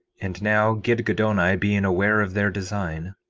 and now, gidgiddoni being aware of their design,